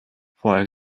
for